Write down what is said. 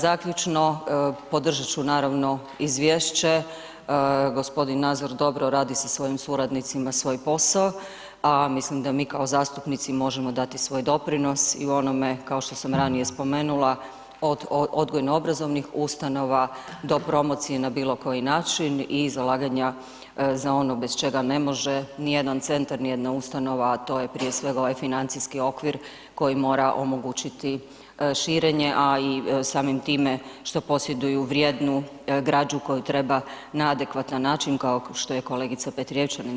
Zaključno, podržat ću naravno izvješće, g. Nazor dobro radi sa svojim suradnicima svoj posao, a mislim da mi kao zastupnici možemo dati svoj doprinos i u onome, kao što sam ranije spomenula, od odgojno obrazovnih ustanova do promocije na bilo koji način i zalaganja za ono bez čega ne može ni jedan centar, ni jedna ustanova, a to je prije svega ovaj financijski okvir koji mora omogućiti širenje, a i samim time što posjeduju vrijednu građu koju treba na adekvatan način kao što je kolegica Petrijevčanin rekla, i digitalizirati ili prenijeti na nove medije.